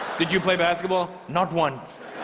did you play basketball? not once,